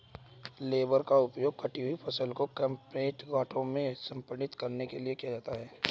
baler का उपयोग कटी हुई फसल को कॉम्पैक्ट गांठों में संपीड़ित करने के लिए किया जाता है